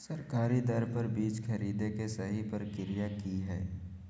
सरकारी दर पर बीज खरीदें के सही प्रक्रिया की हय?